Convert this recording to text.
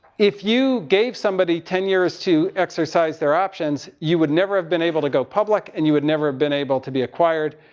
if you gave somebody ten years to exercise their options you would never have been able to go public. and you would never have been able to be acquired.